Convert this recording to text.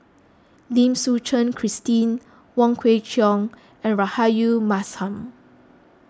Lim Suchen Christine Wong Kwei Cheong and Rahayu Mahzam